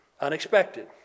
unexpected